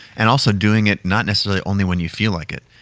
and also doing it, not necessarily only when you feel like it,